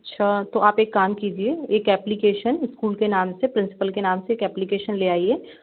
अच्छा तो आप एक काम कीजिए एक ऐप्लीकेशन स्कूल के नाम से प्रिंसिपल के नाम से एक ऐप्लीकेशन ले आइए